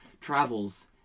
travels